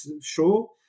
sure